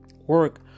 work